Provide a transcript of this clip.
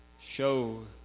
show